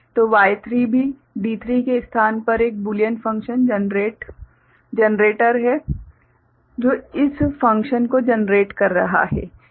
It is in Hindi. तो Y3 भी D3 के स्थान पर एक बूलियन फ़ंक्शन जनरेटर है जो इस फ़ंक्शन को जनरेट कर रहा है